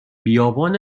بیابان